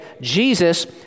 Jesus